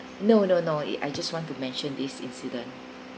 no no no it I just want to mention this incident